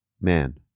man